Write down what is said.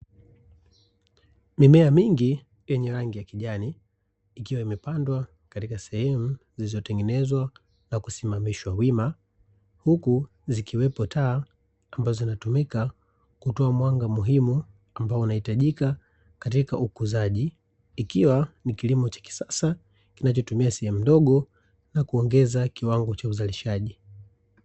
Mimea mingi yenye rangi ya kijani, ikiwa imepandwa katika sehemu zilizotengenezwa na kusimamishwa wima, huku zikiwepo taa ambazo zinazotumika kutoa mwanga muhimu, ambao unahitajika katika ukuzajikiwa. Ni kilimo cha kisasa kinachotumia sehemu ndogo na kuongeza kiwango cha uzalishaji.